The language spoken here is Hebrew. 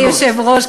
אדוני היושב-ראש,